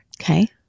Okay